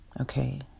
Okay